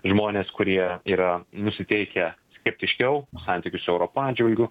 žmonės kurie yra nusiteikę skeptiškiau santykius su europa atžvilgiu